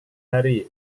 hari